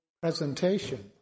presentation